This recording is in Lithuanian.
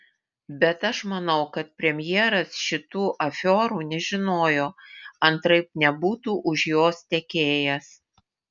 bet aš manau kad premjeras šitų afiorų nežinojo antraip nebūtų už jos tekėjęs